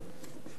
בבקשה, אדוני.